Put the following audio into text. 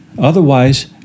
Otherwise